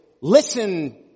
listen